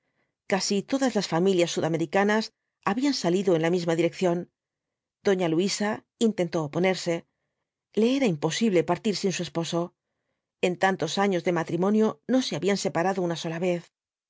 casi todas las familias sudamericanas habían salido en la misma dirección doña luisa intentó oponerse le era imposible partir sin su esposo en tantos años de matrimonio no se habían separado una sola vez